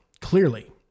clearly